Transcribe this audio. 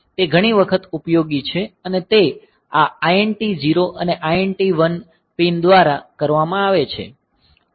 તે ઘણી વખત ઉપયોગી છે અને તે આ INT 0 અને INT 1 પિન દ્વારા કરવામાં આવે છે